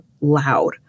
loud